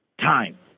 time